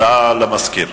הודעה למזכיר.